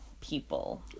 people